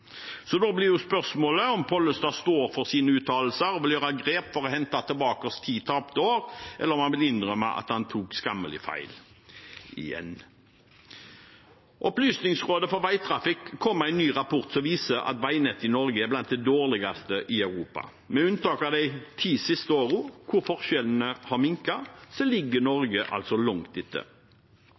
Da blir jo spørsmålet om Pollestad står for sine uttalelser og vil gjøre grep for å hente tilbake ti tapte år, eller om han vil innrømme at han tok skammelig feil – igjen. Opplysningsrådet for veitrafikken kom med en ny rapport som viser at veinettet i Norge er blant de dårligste i Europa. Med unntak av de ti siste årene, hvor forskjellene har minket, ligger altså Norge langt etter.